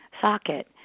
socket